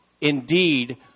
Indeed